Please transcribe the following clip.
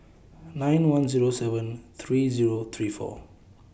nine one Zero seven three Zero three four